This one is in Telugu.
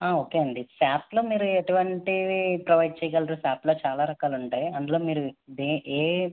ఆ ఓకే అండి శాప్లో మీరు ఎటువంటివి ప్రొవైడ్ చేయగలరు శాప్లో చాలా రకాలు ఉంటాయి అందులో మీరు దే ఏ